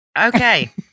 Okay